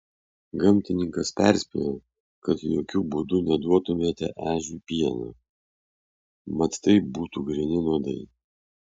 gamtininkas perspėjo kad jokiu būdu neduotumėte ežiui pieno mat tai būtų gryni nuodai